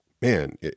man